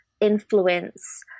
influence